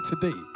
today